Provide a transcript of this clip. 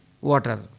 water